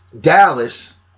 Dallas